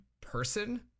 person